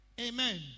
Amen